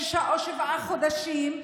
שישה או שבעה חודשים.